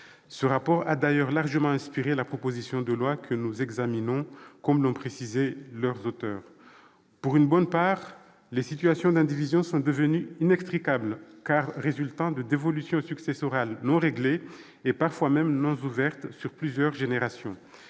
Ce rapport a d'ailleurs largement inspiré la proposition de loi que nous examinons, comme l'ont précisé ses auteurs. Pour une bonne part, les situations d'indivision sont devenues inextricables, car résultant de dévolutions successorales non réglées, parfois même non ouvertes, sur plusieurs générations.